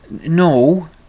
no